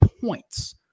points